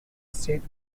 states